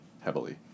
heavily